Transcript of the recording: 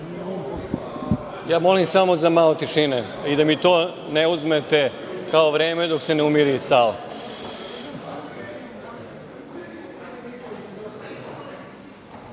Molim samo za malo tišine i da mi to ne uzmete kao vreme dok se ne umiri